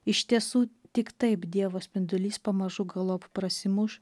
iš tiesų tik taip dievo spindulys pamažu galop prasimuš